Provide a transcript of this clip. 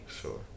Sure